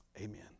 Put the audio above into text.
amen